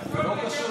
הכול קשור.